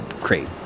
create